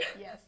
Yes